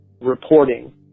reporting